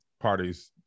parties